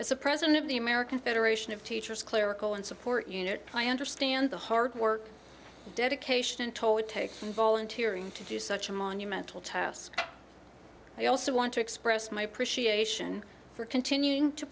as a president of the american federation of teachers clerical and support unit ply understand the hard work dedication and toll it takes volunteering to do such a monumental task i also want to express my appreciation for continuing to